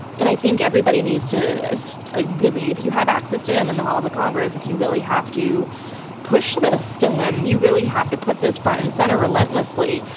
and i think everybody needs to. ah really, if you have access to him in the halls of congress, like you really have to push this to him. you really have to put this front and center relentlessly,